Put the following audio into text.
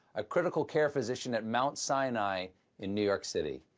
a critical care physician at mount sinai in new york city.